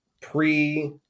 pre